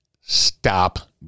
Stop